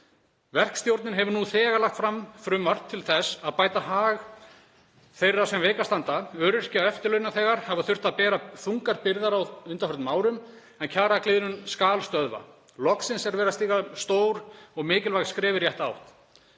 Verkstjórnin hefur nú þegar lagt fram frumvarp til laga þar sem bæta á hag þeirra sem veikast standa. Öryrkjar og eftirlaunaþegar hafa þurft að bera þungar byrðar á undanförnum árum en kjaragliðnun skal stöðva. Loks er verið að stíga mikilvæg skref í rétta átt.